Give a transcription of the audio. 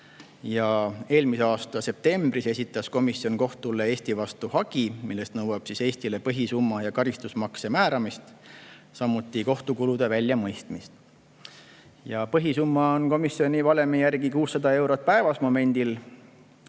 Eelmise aasta septembris esitas komisjon kohtule Eesti vastu hagi, milles nõuab Eestile põhisumma ja karistusmakse määramist, samuti kohtukulude väljamõistmist. Põhisumma on komisjoni valemi järgi 600 eurot päevas kuni